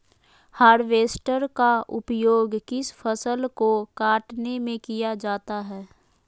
Harvester का उपयोग किस फसल को कटने में किया जाता है?